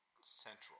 central